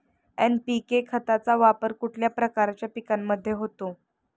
NPK खताचा वापर कुठल्या प्रकारच्या पिकांमध्ये होतो?